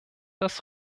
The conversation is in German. das